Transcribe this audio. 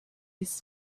his